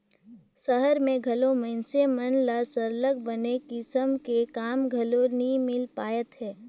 सहर में घलो मइनसे मन ल सरलग बने किसम के काम घलो नी मिल पाएत हे